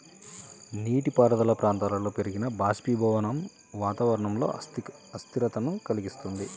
నీటిపారుదల ప్రాంతాలలో పెరిగిన బాష్పీభవనం వాతావరణంలో అస్థిరతను కలిగిస్తుంది